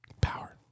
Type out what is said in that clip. power